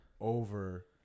Over